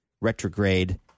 retrograde